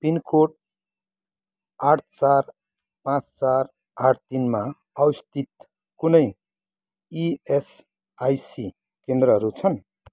pin code आठ चार पाँच चार आठ तिन मा अवस्थित कुनै इएसआइसी केन्द्रहरू छन्